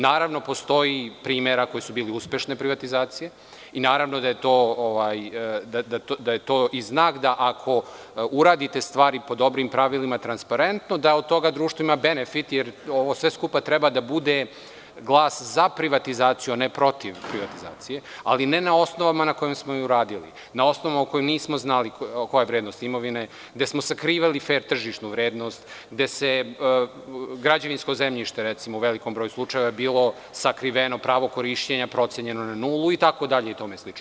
Naravno, postoje primeri uspešnih privatizacija i naravno da je to znak, ako uradite stvari po dobrim pravilima transparentno, da od toga društvo ima benefit, jer ovo sve skupa treba da bude glas za privatizaciju, a ne protiv privatizacije, ali ne na osnovama na kojima smo radili, na osnovama kada nismo znali koja je vrednost imovine, gde smo sakrivali fer tržišnu vrednost, gde se građevinsko zemljište u velikom broju slučajeva bilo je sakriveno pravo korišćenja, procenjeno na nulu i tome slično.